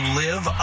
live